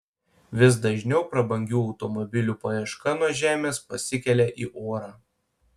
vis dažniau prabangių automobilių paieška nuo žemės pasikelia į orą